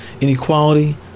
inequality